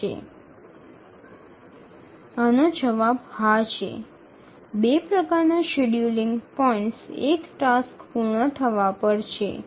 উত্তরটি হ্যাঁ দুটি ধরণের শিডিউলিং পয়েন্ট রয়েছে একটি হল টাস্ক সমাপ্তি